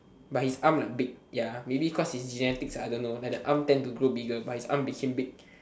but his arm like big ya maybe cause his genetic I don't know like the arm then to grow bigger but his arm became big